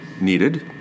needed